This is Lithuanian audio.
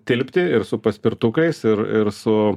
tilpti ir su paspirtukais ir ir su